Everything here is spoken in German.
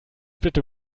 bitte